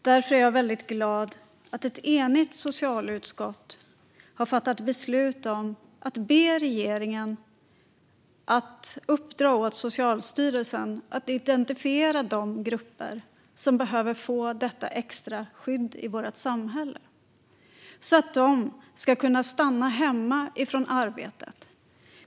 Därför är jag väldigt glad att ett enigt socialutskott har fattat beslut om att be regeringen uppdra åt Socialstyrelsen att identifiera de grupper som behöver få detta extra skydd i vårt samhälle, så att de ska kunna stanna hemma från arbetet.